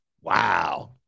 Wow